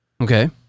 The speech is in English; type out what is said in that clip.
Okay